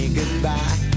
goodbye